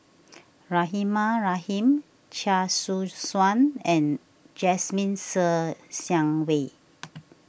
Rahimah Rahim Chia Soo Suan and Jasmine Ser Xiang Wei